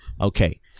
Okay